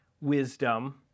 wisdom